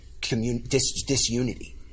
disunity